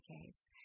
decades